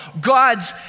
God's